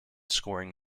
scoring